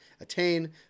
Attain